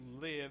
live